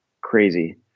crazy